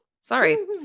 sorry